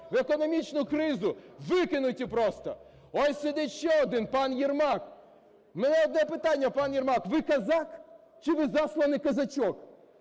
в економічну кризу викинуті просто? Ось сидить ще один – пан Єрмак. У мене одне питання. Пане Єрмак, ви козак чи ви – засланий козачок?